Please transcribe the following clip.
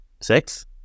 six